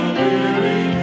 weary